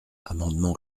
amendement